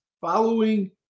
following